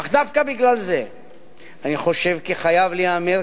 אך דווקא בגלל זה אני חושב כי חייב להיאמר